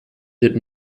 did